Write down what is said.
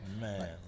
man